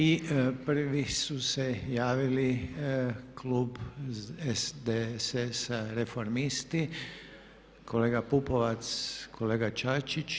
I prvi su se javili klub SDSS-a Reformisti, kolega Pupovac, kolega Čačić.